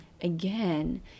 again